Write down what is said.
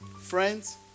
Friends